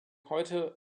heute